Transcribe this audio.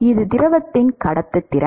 இது திரவத்தின் கடத்துத்திறன்